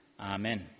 Amen